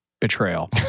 betrayal